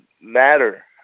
matter